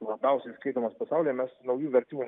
labiausiai skaitomas pasaulyje mes naujų vertimų